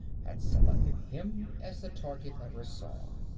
had selected him as the target of her song.